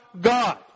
God